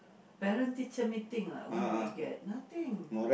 parent teacher meeting ah what do we get nothing